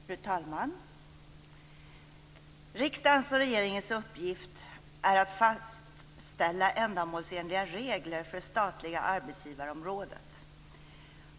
Fru talman! Riksdagens och regeringens uppgift är att fastställa ändamålsenliga regler för det statliga arbetsgivarområdet.